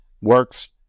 works